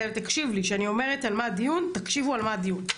כשאני אומרת על מה הדיון, תקשיבו על מה הדיון.